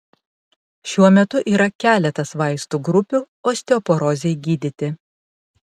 šiuo metu yra keletas vaistų grupių osteoporozei gydyti